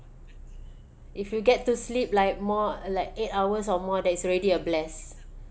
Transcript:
if you get to sleep like more like eight hours or more that is already a bless